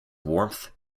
warmth